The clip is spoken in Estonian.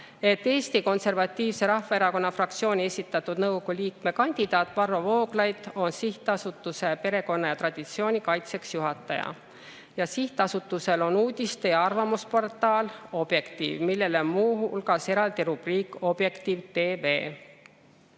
Eesti Konservatiivse Rahvaerakonna fraktsiooni esitatud nõukogu liikme kandidaat Varro Vooglaid on sihtasutuse Perekonna ja Traditsiooni Kaitseks juht. Ja sihtasutusel on uudiste‑ ja arvamusportaal Objektiiv, millel on muu hulgas eraldi rubriik "Objektiiv TV".